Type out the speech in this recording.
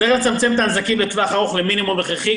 צריך לצמצם את הנזקים לטווח ארוך למינימום הכרחי,